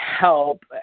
help